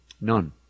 None